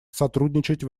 сотрудничать